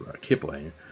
Kipling